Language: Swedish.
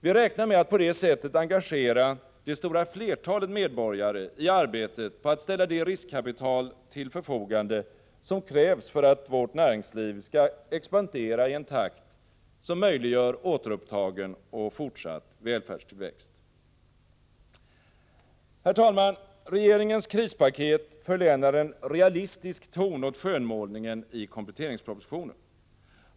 Vi räknar med att på det sättet engagera det stora flertalet medborgare i arbetet på att ställa det riskkapital till förfogande som krävs för att vårt näringsliv skall expandera i en takt som möjliggör återupptagen och fortsatt välfärdstillväxt. Herr talman! Regeringens krispaket förlänar en realistisk ton åt skönmålningen i kompletteringspropositionen.